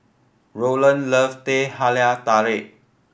Roland love Teh Halia Tarik